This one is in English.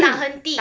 tak henti